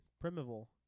primeval